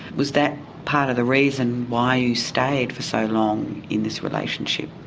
was that part of the reason why you stayed for so long in this relationship?